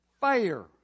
fire